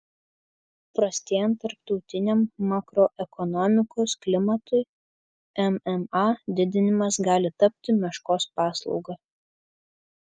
prastėjant tarptautiniam makroekonomikos klimatui mma didinimas gali tapti meškos paslauga